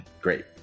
great